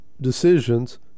decisions